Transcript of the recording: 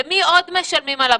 למי עוד משלמים על הבדיקות?